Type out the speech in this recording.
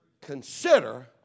Consider